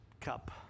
cup